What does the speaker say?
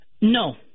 No